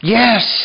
yes